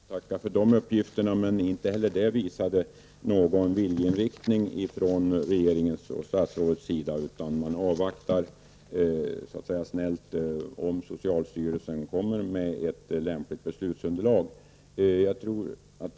Herr talman! Jag tackar för de uppgifterna. Men inte heller i det sista anförandet visade statsrådet någon viljeinriktning. Man avvaktar snällt att socialstyrelsen skall komma med ett lämpligt beslutsunderlag.